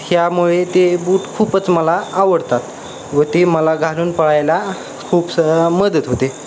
ह्यामुळे ते बूट खूपच मला आवडतात व ते मला घालून पळायला खूप स् मदत होते